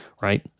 right